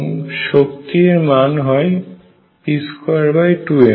এবং শক্তি এর মান হয় p22m